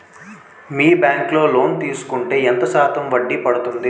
మీ bank లో loan తీసుకుంటే ఎంత శాతం వడ్డీ పడ్తుంది?